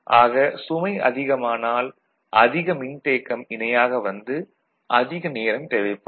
ஆக சுமை அதிகமானால் அதிக மின்தேக்கம் இணையாக வந்து அதிக நேரம் தேவைப்படும்